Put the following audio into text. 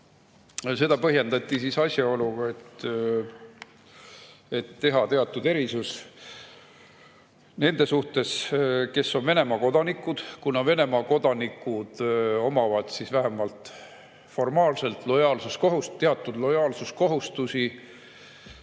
Seda põhjendati asjaoluga, et teha erisus nende suhtes, kes on Venemaa kodanikud, kuna Venemaa kodanikud omavad vähemalt formaalselt teatud lojaalsuskohustusi